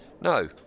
No